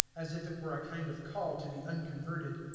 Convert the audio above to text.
as if it were a kind of call to the unconverted.